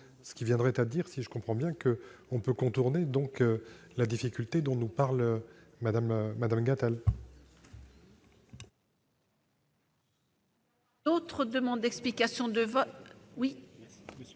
Cela reviendrait à dire, si je comprends bien, qu'on peut contourner la difficulté dont nous parle Mme la